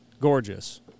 gorgeous